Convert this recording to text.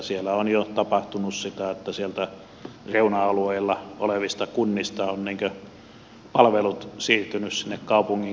siellä on jo tapahtunut sitä että sieltä reuna alueilla olevista kunnista ovat palvelut siirtyneet sinne kaupungin keskukseen